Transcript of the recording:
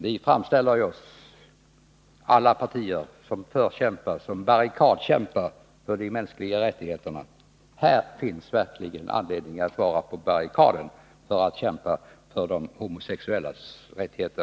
Vi —-inom alla partier — framställer oss ju som förkämpar, som barrikadkämpar, för de mänskliga rättigheterna. Här finns verkligen anledning att vara på barrikaderna för att kämpa för de homosexuellas rättigheter.